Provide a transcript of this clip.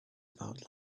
about